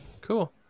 Cool